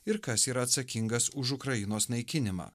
ir kas yra atsakingas už ukrainos naikinimą